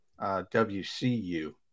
WCU